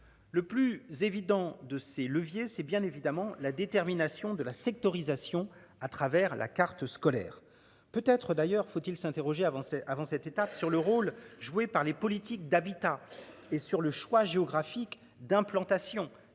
Le plus évident de ces leviers c'est bien évidemment la détermination de la sectorisation à travers la carte scolaire peut être d'ailleurs faut-il s'interroger avant. Avant cette étape sur le rôle joué par les politiques d'habitat et sur le choix géographique d'implantation